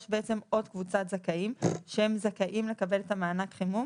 יש בעצם עוד קבוצת זכאים שהם זכאים לקבל את מענק החימום